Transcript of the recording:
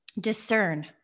discern